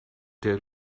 der